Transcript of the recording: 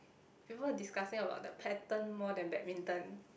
people were discussing about the pattern more than badminton